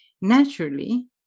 naturally